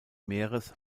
meeres